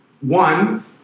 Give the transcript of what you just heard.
One